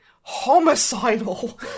homicidal